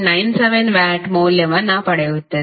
97 watt ಮೌಲ್ಯವನ್ನು ಪಡೆಯುತ್ತದೆ